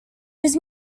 his